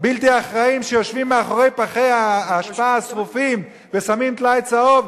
בלתי אחראיים שיושבים מאחורי פחי האשפה השרופים ושמים טלאי צהוב,